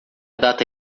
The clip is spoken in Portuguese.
data